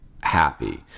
happy